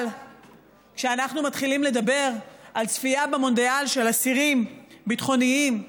אבל כשאנחנו מתחילים לדבר על צפייה במונדיאל של אסירים ביטחוניים,